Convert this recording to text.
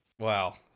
wow